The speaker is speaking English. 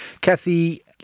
Kathy